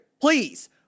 please